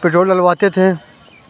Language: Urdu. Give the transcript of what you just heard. پٹرول ڈلواتے تھے